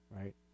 Right